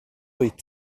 wyt